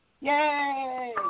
Yay